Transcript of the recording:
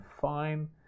fine